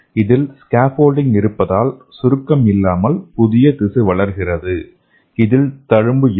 இதில் ஸ்கேஃபோல்டிங் இருப்பதால் சுருக்கம் இல்லாமல் புதிய திசு வளர்கிறது இதில் தழும்பு இல்லை